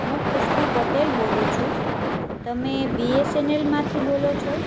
હું ખુશ્બુ પટેલ બોલું છું તમે બીએસએનએલમાંથી બોલો છો